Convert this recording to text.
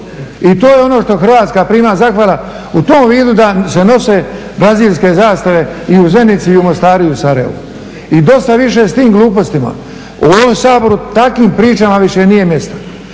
I to je ono što Hrvatska prima zahvale u tom vidu da im se nose brazilske zastave i u Zenici, i u Mostaru i u Sarajevu. I dosta više s tim glupostima. U ovom Saboru takvim pričama više nije mjesto.